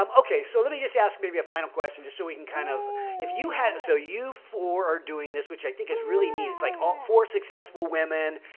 um okay. so let me just ask maybe a final question just so we can kind of if you had so you for doing this, which i think is really neat. it's like ah for successful women,